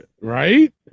right